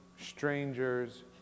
strangers